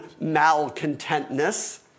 malcontentness